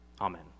Amen